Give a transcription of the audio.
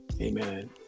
Amen